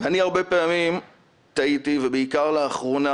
הרבה פעמים אני תהיתי ובעיקר לאחרונה